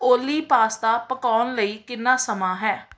ਓਲੀ ਪਾਸਤਾ ਪਕਾਉਣ ਲਈ ਕਿੰਨਾ ਸਮਾਂ ਹੈ